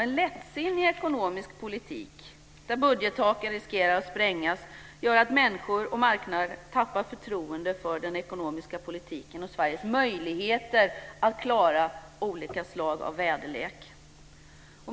En lättsinnig ekonomisk politik, där budgettaken riskerar att sprängas, gör att människor och marknaden tappar förtroende för den ekonomiska politiken och Sveriges möjligheter att klara olika slag av väderlek.